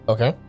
Okay